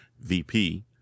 Vp